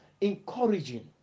encouraging